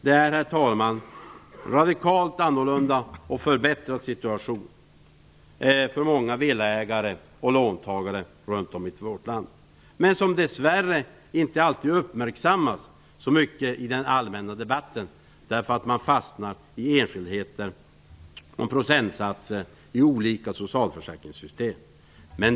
Detta är en radikalt annorlunda och förbättrad situation för många villaägare och låntagare runt om i vårt land, men som dess värre inte alltid uppmärksammas så mycket i den allmänna debatten. Man fastnar i enskildheter och procentsatser i olika socialförsäkringssystem.